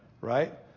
right